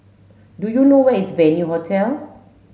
do you know where is Venue Hotel